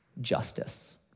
Justice